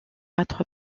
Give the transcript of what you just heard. être